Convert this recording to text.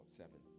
seven